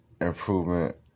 improvement